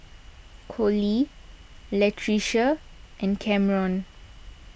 Colie Latricia and Cameron